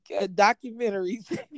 documentaries